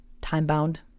time-bound